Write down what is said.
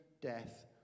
death